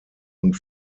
und